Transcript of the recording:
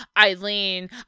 Eileen